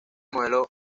modelo